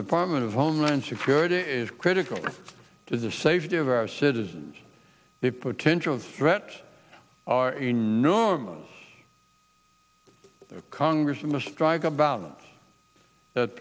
department of homeland security is critical to the safety of our citizens a potential threat are enormous congress and to strike a balance that